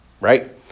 right